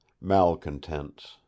Malcontents